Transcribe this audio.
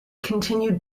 continued